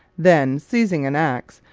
then, seizing an ax,